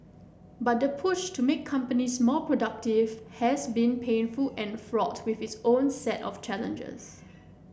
but the push to make companies more productive has been painful and fraught with its own set of challenges